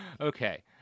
Okay